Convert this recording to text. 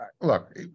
Look